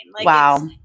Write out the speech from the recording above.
Wow